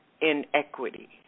inequity